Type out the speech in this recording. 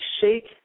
shake